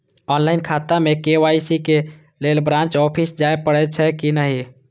Online खाता में KYC के लेल ब्रांच ऑफिस जाय परेछै कि नहिं?